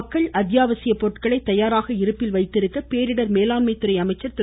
மக்கள் அத்தியாவசிய பொருட்களை தயாராக இருப்பில் வைத்திருக்க பேரிடர் மேலாண்மை துறை அமைச்சர் திரு